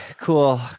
Cool